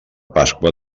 pasqua